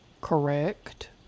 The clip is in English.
Correct